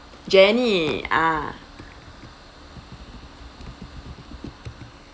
jenny ah